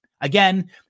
Again